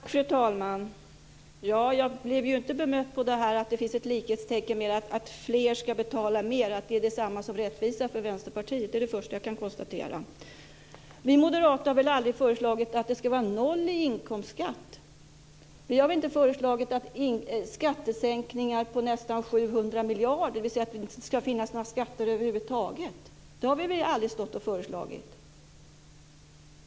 Fru talman! Jag fick ju inget svar på det här om att fler ska betala mer och att det är detsamma som rättvisa för Vänsterpartiet. Det är det första jag kan konstatera. Vi moderater har väl aldrig föreslagit att det ska vara noll i inkomstskatt. Vi har inte föreslagit skattesänkningar på nästan 700 miljarder - dvs. att det inte ska finnas några skatter över huvud taget. Det har vi aldrig stått och föreslagit.